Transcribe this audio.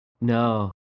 No